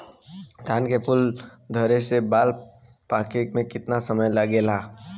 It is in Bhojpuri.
धान के फूल धरे से बाल पाके में कितना समय लागेला?